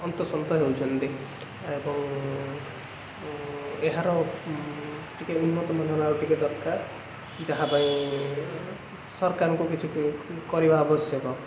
ହନ୍ତସନ୍ତ ହେଉଛନ୍ତି ଏବଂ ଏହାର ଟିକେ ଉନ୍ନତଧରଣର ଟିକେ ଦରକାର ଯାହାପାଇଁ ସରକାରଙ୍କୁ କିଛି କରିବା ଆବଶ୍ୟକ